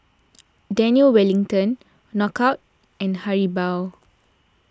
Daniel Wellington Knockout and Haribo